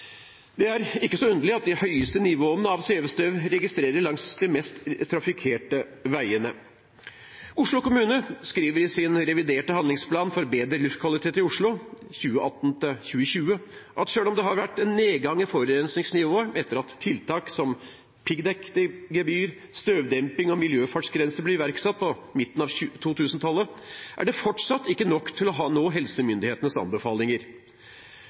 Det er ikke så underlig at de høyeste nivåene av svevestøv registreres langs de mest trafikkerte veiene. Oslo kommune skriver i sin reviderte handlingsplan for bedre luftkvalitet i Oslo 2018–2020 at selv om det har vært nedgang i forurensningsnivået etter at tiltak som piggdekkgebyr, støvdemping og miljøfartsgrenser ble iverksatt på midten av 2000-tallet, er det fortsatt ikke nok til å nå helsemyndighetenes anbefalinger.